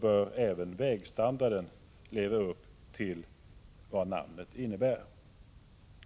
bör även vägstandarden leva upp till vad namnet innebär.